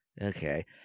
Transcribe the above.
okay